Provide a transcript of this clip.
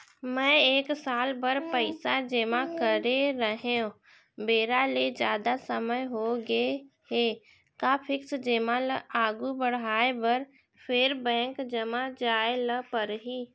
मैं एक साल बर पइसा जेमा करे रहेंव, बेरा ले जादा समय होगे हे का फिक्स जेमा ल आगू बढ़ाये बर फेर बैंक जाय ल परहि?